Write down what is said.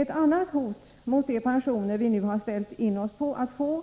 Ett annat hot mot de pensioner vi nu ställt in oss på att få